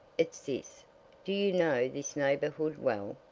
it's this do you know this neighbourhood well?